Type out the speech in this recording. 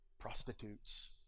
prostitutes